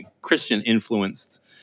Christian-influenced